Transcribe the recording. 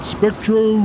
Spectro